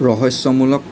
ৰহস্যমূলক